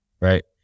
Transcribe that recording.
right